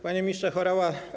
Panie Ministrze Horała!